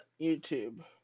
YouTube